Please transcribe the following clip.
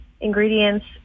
ingredients